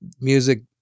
music